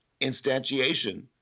instantiation